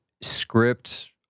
script